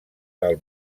del